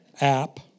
app